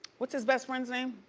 what's his best friend's name?